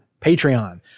Patreon